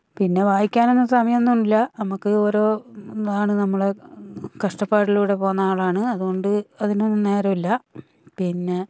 പിന്നെ വായിക്കാനൊന്നും സമയമൊന്നുമില്ല നമുക്ക് ഓരോ ഇതാണ് നമ്മളെ കഷ്ടപ്പാടിലൂടെ പോകുന്ന ആളാണ് അതുകൊണ്ട് അതിനൊന്നും നേരമില്ല പിന്നെ